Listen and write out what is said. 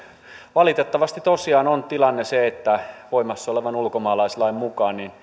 valitettavasti tosiaan on tilanne se että voimassa olevan ulkomaalaislain mukaan